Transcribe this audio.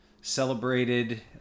celebrated